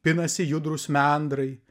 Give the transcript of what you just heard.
pinasi judrūs mendrai